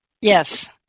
Yes